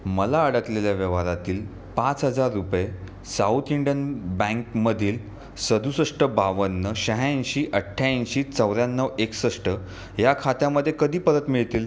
मला अडकलेल्या व्यवहारातील पाच हजार रुपये साऊथ इंडियन बँकमधील सदुसष्ट बावन्न शहाऐंशी अठ्ठ्याऐंशी चौऱ्याण्णव एकसष्ट या खात्यामध्ये कधी परत मिळतील